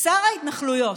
שר ההתנחלויות.